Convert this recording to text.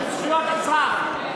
של זכויות אזרח,